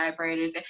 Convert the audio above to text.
vibrators